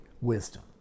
wisdom